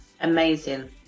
amazing